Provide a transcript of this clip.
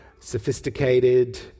sophisticated